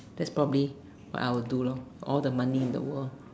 that's probably what I would do lor all the money in the world